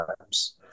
times